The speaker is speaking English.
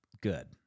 good